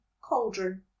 cauldron